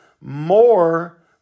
more